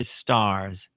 stars